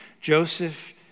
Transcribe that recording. Joseph